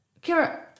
Kira